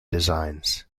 designs